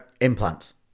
Implants